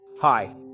Hi